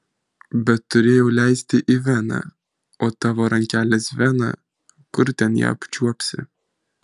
bet turėjau leisti į veną o tavo rankelės vena kur ten ją apčiuopsi